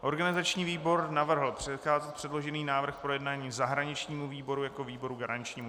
Organizační výbor navrhl přikázat předložený návrh k projednání zahraničnímu výboru jako výboru garančnímu.